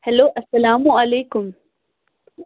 hello اَسلامُ علیکُم